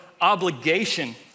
obligation